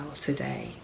today